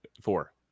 Four